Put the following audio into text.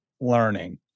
learning